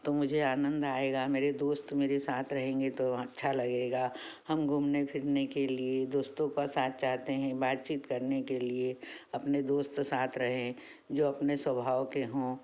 तो मुझे आनंद आएगा मेरे दोस्त मेरे साथ रहेंगे तो अच्छा लगेगा हम घूमने फिरने के लिए दोस्तों का साथ चाहते हैं बातचीत करने के लिए अपने दोस्त साथ रहें जो अपने स्वभाव के हों